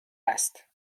است